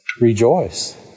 Rejoice